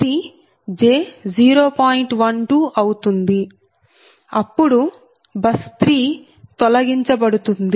12 అవుతుంది అప్పుడు బస్ 3 తొలగించబడుతుంది